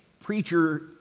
preacher